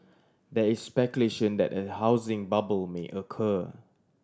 there is speculation that a housing bubble may occur